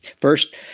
First